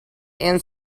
and